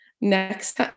next